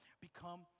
become